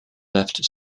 left